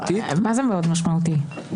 מה זה מאוד משמעותי?